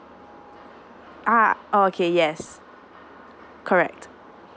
ah okay yes correct